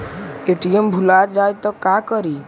ATM भुला जाये त का करि?